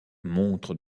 montre